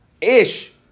Ish